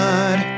God